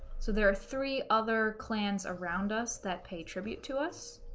so there are three other clans around us that pay tribute to us.